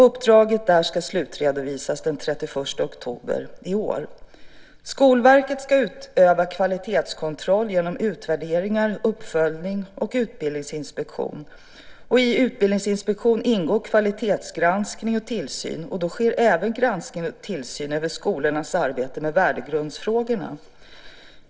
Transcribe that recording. Uppdraget ska slutredovisas den 31 oktober i år. Skolverket ska utöva kvalitetskontroll genom utvärdering, uppföljning och utbildningsinspektion. I utbildningsinspektion ingår kvalitetsgranskning och tillsyn, och då sker även granskning av och tillsyn över skolornas arbete med värdegrundsfrågorna.